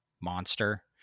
monster